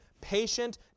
patient